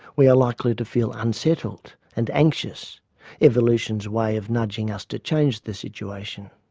we are likely to feel unsettled, and anxious evolution's way of nudging us to change the situation.